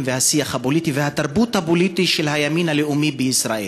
והשיח הפוליטי והתרבות הפוליטית של הימין הלאומי בישראל: